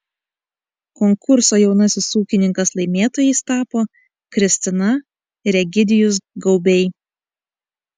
konkurso jaunasis ūkininkas laimėtojais tapo kristina ir egidijus gaubiai